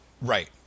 Right